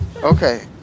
Okay